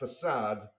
facade